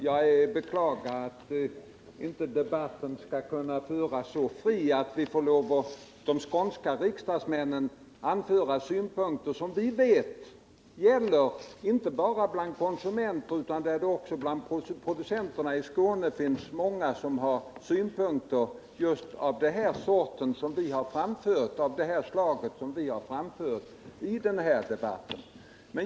Jag beklagar att debatten inte är så fri att de skånska riksdagsmännen skall kunna anföra synpunkter som vi vet är vanliga inte bara bland konsumenter; också bland producenterna i Skåne finns det många som har synpunkter just av det slag vi har framfört i den här debatten.